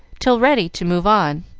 till ready to move on.